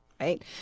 right